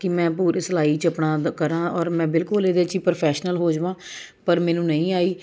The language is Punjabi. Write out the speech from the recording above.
ਕਿ ਮੈਂ ਪੂਰੇ ਸਿਲਾਈ 'ਚ ਆਪਣਾ ਕਰਾਂ ਔਰ ਮੈਂ ਬਿਲਕੁਲ ਇਹਦੇ 'ਚ ਹੀ ਪ੍ਰਫੈਸ਼ਨਲ ਹੋ ਜਾਵਾਂ ਪਰ ਮੈਨੂੰ ਨਹੀਂ ਆਈ